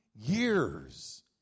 years